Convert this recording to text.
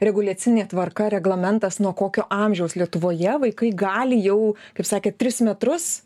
reguliacinė tvarka reglamentas nuo kokio amžiaus lietuvoje vaikai gali jau kaip sakėt tris metrus